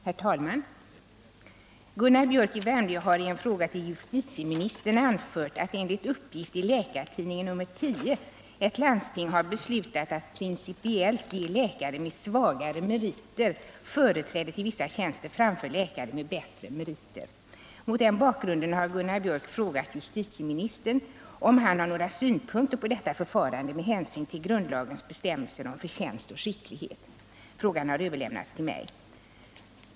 Herr talman! Gunnar Biörck i Värmdö har i en fråga till justitieministern anfört att enligt uppgift i Läkartidningen nr 10 år 1979 ett landsting har beslutat att principiellt ge läkare med svagare meriter företräde till vissa tjänster framför läkare med bättre meriter. Mot den bakgrunden har Gunnar Biörck frågat justitieministern om han har några synpunkter på detta förfarande med hänsyn till grundlagens bestämmelser om förtjänst och skicklighet. Frågan har överlämnats till mig.